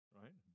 right